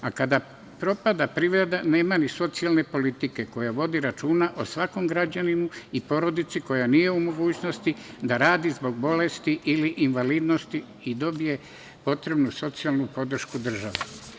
A kada propada privreda, nema ni socijalne politike koja vodi računa o svakom građaninu i porodici koja nije u mogućnosti da radi zbog bolesti ili invalidnosti i dobije potrebnu socijalnu podršku države.